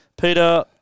Peter